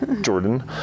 Jordan